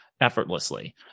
effortlessly